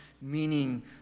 meaning